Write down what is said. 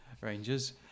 Rangers